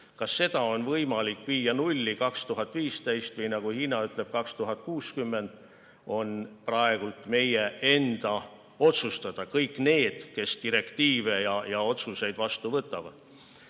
Kas seda on võimalik viia nulli [2050] või nagu Hiina ütleb, [aastaks] 2060, on praegu meie enda otsustada – kõigi nende, kes direktiive ja otsuseid vastu võtavad.